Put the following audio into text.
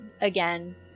again